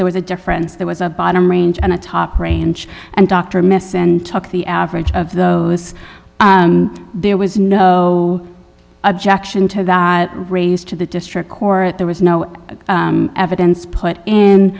there was a difference there was a bottom range and a top range and dr miss and took the average of those and there was no objection to that raised to the district court there was no evidence put in